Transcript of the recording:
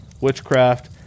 witchcraft